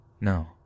No